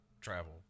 travel